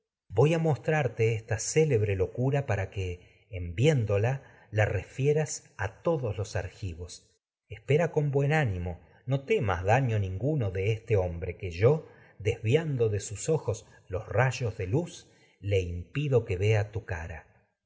voy a mostrarte esta a célebre locura para que los argivos de en viéndola la refieras ánimo no todos espera con buen temas daño ninguno rayos este hombre que yo que vos desviando de cara sus ojos los de luz le impido vea tu con